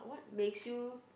makes you